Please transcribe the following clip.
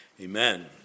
Amen